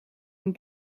een